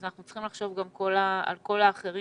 אז אנחנו צריכים לחשוב גם על כל האחרים